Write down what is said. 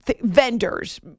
vendors